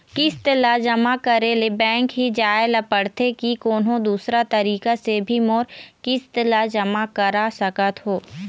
किस्त ला जमा करे ले बैंक ही जाए ला पड़ते कि कोन्हो दूसरा तरीका से भी मोर किस्त ला जमा करा सकत हो?